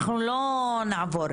מקובל.